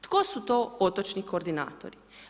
Tko su to otočni koordinatori?